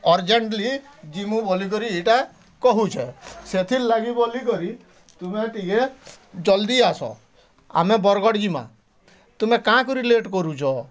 urgently ଜିମୁଁ ବୋଲି କରି ଇଟା କହୁଛେଁ ସେଥିର୍ ଲାଗି ବୋଲିକରି ତୁମେ ଟିକେ ଜଲ୍ଦି ଆସ ଆମେ ବରଗଡ଼ ଜିମାଁ ତୁମେ କାଁ କରି ଲେଟ୍ କରୁଛ